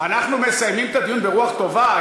אנחנו מסיימים את הדיון ברוח טובה,